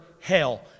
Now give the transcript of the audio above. hell